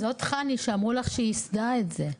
זאת חני שאמרו לך שהיא ייסדה את זה.